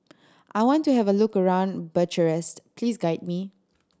I want to have a look around Bucharest please guide me